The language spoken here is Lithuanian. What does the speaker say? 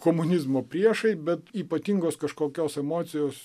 komunizmo priešai bet ypatingos kažkokios emocijos